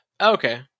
Okay